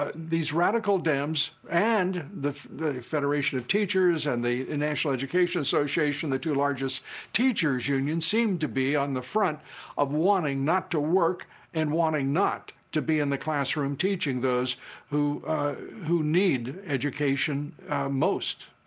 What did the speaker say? ah these radical dems and the the federation of teachers and the national education association, the two largest teachers' unions, seem to be on the front of wanting not to work and wanting not to be in the classroom teaching those who who need education most.